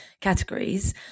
categories